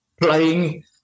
playing